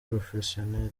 professionel